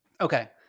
Okay